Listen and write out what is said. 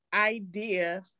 idea